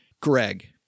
Greg